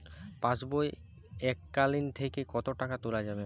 পাশবই এককালীন থেকে কত টাকা তোলা যাবে?